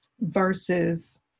versus